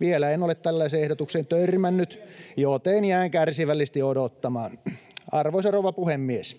Vielä en ole tällaiseen ehdotukseen törmännyt, joten jään kärsivällisesti odottamaan. Arvoisa rouva puhemies!